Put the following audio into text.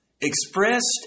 expressed